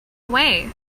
away